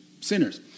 sinners